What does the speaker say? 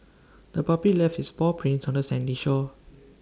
the puppy left its paw prints on the sandy shore